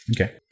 Okay